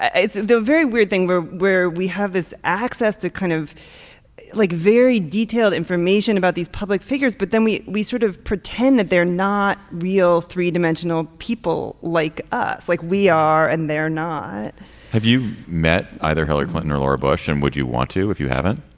a very weird thing where where we have this access to kind of like very detailed information about these public figures but then we we sort of pretend that they're not real three dimensional people like us like we are and they're not have you met either hillary clinton or laura bush and would you want to if you haven't.